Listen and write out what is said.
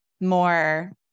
more